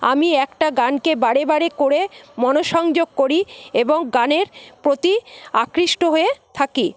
আমি একটা গানকে বারে বারে করে মনোসংযোগ করি এবং গানের প্রতি আকৃষ্ট হয়ে থাকি